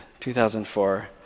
2004